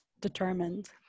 determined